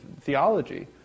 theology